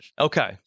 Okay